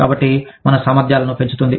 కాబట్టి మన సామర్థ్యాలను పెంచుతుంది